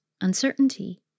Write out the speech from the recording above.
Uncertainty